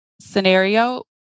scenario